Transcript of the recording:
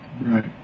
Right